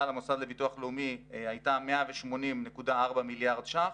למוסד לביטוח לאומי הייתה 180.4 מיליארד ש"ח.